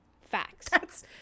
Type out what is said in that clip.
Facts